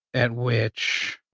at which